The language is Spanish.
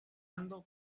mando